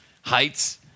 Heights